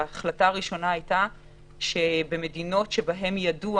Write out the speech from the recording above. וההחלטה הראשונה הייתה שממדינות שבהן ידוע